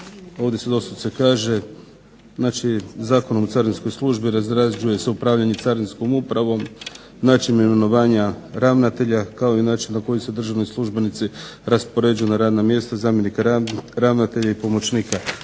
ovdje se doslovce kaže znači Zakonom o Carinskoj službi razrađuje se upravljanje carinskom upravom, način imenovanja ravnatelja kao i način na koji se državni službenici raspoređuju na radna mjesta zamjenika ravnatelja i pomoćnika